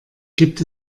gibt